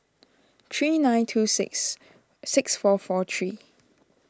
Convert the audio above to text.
three nine two six six four four three